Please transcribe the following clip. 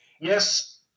Yes